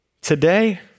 Today